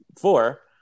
four